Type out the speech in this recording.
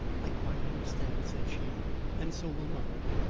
i quite understand, said she and so will mother.